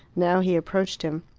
now he approached him.